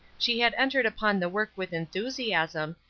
she had entered upon the work with enthusiasm,